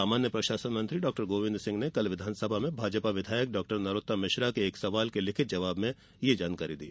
सामान्य प्रशासन मंत्री डॉ गोविंद सिंह ने कल विधानसभा में भाजपा विधायक डॉ नरोत्तम मिश्रा के एक सवाल के लिखित जवाब में ये जानकारी दी